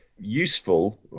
useful